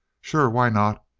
sure. why not?